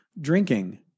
drinking